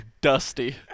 dusty